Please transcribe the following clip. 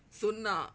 సున్నా